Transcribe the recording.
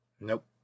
Nope